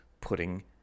putting